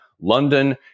London